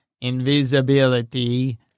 Invisibility